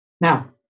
Now